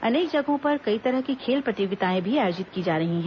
अनेक जगहों पर कई तरह की खेल प्रतियोगिताएं भी आयोजित की जा रही हैं